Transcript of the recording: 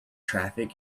traffic